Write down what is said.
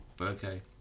okay